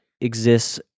exists